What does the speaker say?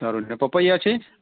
સારું ને પપૈયાં છે